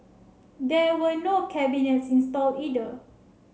there were no cabinets installed either